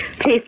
please